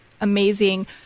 amazing